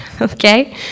Okay